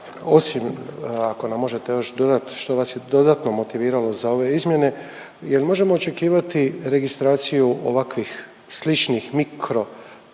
osim ako nam možete još dodat što vas je dodatno motiviralo za ove izmjene, je li možemo očekivati registraciju ovakvih sličnih mikro tvrtki